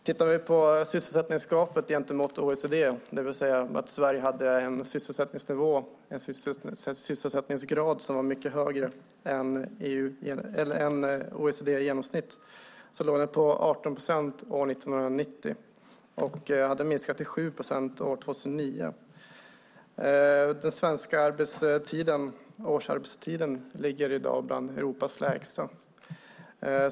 Vi kan titta på sysselsättningsgraden jämfört med OECD, det vill säga att Sverige hade en sysselsättningsgrad som var mycket högre än OECD i genomsnitt. Den låg på 18 procent år 1990 och hade minskat till 7 procent år 2009. Den svenska årsarbetstiden ligger i dag bland Europas lägsta.